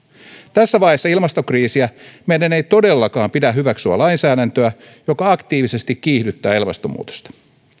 tässä vaiheessa ilmastokriisiä meidän ei todellakaan pidä hyväksyä lainsäädäntöä joka aktiivisesti kiihdyttää ilmastonmuutosta